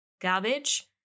garbage